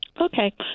Okay